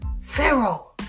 Pharaoh